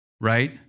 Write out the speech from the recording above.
right